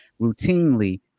routinely